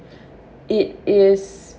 it is